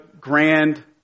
grand